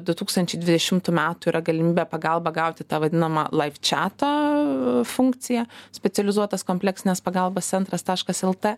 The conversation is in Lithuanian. du tūkstančiai dvidešimtų metų yra galimybė pagalbą gauti tą vadinamą live čiato funkciją specializuotas kompleksinės pagalbos centras taškas lt